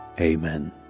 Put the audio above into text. Amen